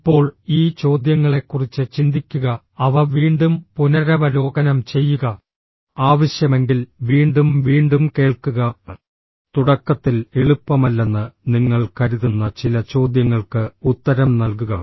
ഇപ്പോൾ ഈ ചോദ്യങ്ങളെക്കുറിച്ച് ചിന്തിക്കുക അവ വീണ്ടും പുനരവലോകനം ചെയ്യുക ആവശ്യമെങ്കിൽ വീണ്ടും വീണ്ടും കേൾക്കുക തുടക്കത്തിൽ എളുപ്പമല്ലെന്ന് നിങ്ങൾ കരുതുന്ന ചില ചോദ്യങ്ങൾക്ക് ഉത്തരം നൽകുക